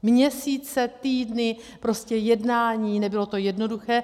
Měsíce, týdny, prostě jednání, nebylo to jednoduché.